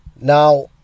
Now